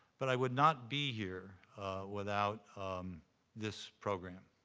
but i would not be here without this program.